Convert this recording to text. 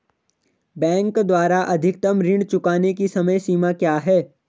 Bank द्वारा अधिकतम ऋण चुकाने की समय सीमा क्या है?